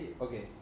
okay